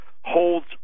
Holds